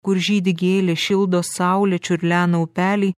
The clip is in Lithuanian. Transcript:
kur žydi gėlės šildo saulė čiurlena upeliai